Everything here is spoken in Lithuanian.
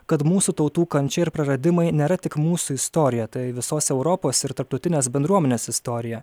kad mūsų tautų kančia ir praradimai nėra tik mūsų istorija tai visos europos ir tarptautinės bendruomenės istorija